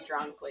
drunkly